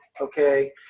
okay